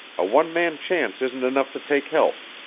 a one-man chance isn't enough to take help.